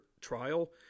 trial